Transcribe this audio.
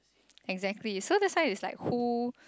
exactly so that's why it's like who